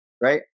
right